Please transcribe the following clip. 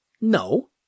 No